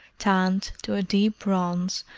tanned to a deep bronze,